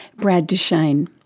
brad duchaine.